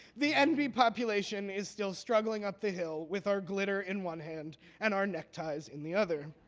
the nb population is still struggling up the hill with our glitter in one hand and our neckties in the other.